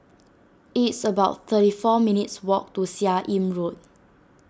it's about thirty four minutes' walk to Seah Im Road